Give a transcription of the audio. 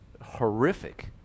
horrific